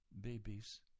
babies